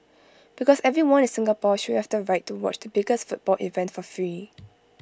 because everyone in Singapore should have the right to watch the biggest football event for free